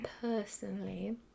Personally